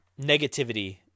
negativity